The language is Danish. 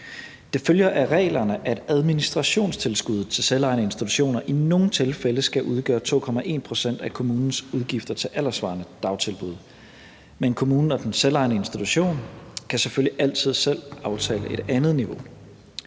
Det følger af reglerne, at administrationstilskuddet til selvejende institutioner i nogle tilfælde skal udgøre 2,1 pct. af kommunens udgifter til alderssvarende dagtilbud, men kommunen og den selvejende institution kan selvfølgelig altid selv aftale et andet niveau.